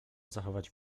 zachować